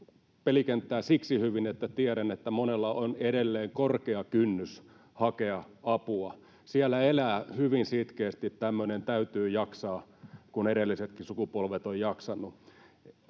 pelikenttää siksi hyvin, että tiedän, että monella on edelleen korkea kynnys hakea apua. Siellä elää hyvin sitkeästi tämmöinen ”täytyy jaksaa, kun edellisetkin sukupolvet ovat jaksaneet”.